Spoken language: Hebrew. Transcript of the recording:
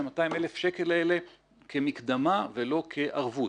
תנו את ה-200,000 שקל האלה כמקדמה ולא כערבות,